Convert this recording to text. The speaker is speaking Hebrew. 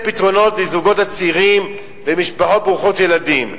פתרונות לזוגות הצעירים ולמשפחות ברוכות ילדים.